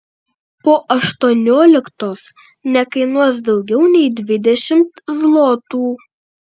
po aštuonioliktos nekainuos daugiau nei dvidešimt zlotų